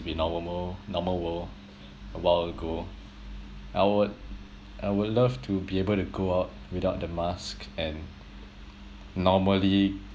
the normal normal world a while ago I would I would love to be able to go out without the mask and normally